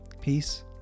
Peace